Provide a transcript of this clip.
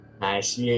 Nice